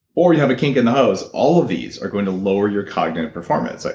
or you have a kink in the hose. all of these are going to lower your cognitive performance. like